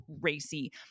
racy